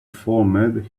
formed